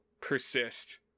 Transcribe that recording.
persist